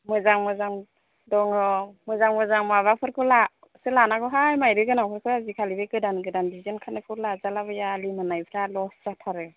मोजां मोजां दङ मोजां मोजां माबाफोरखौ ला खौसो लानांगौहाय मायदि गोनांखौसो आजिखालि बे गोदान गोदान डिजाइन ओंखारनाखौ लाजालाबाया लिमोननाफ्रा लस जाथारो